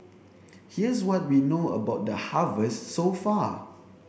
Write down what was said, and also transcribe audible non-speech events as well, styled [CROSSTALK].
[NOISE] here's what we know about the harvest so far